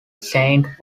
saint